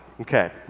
Okay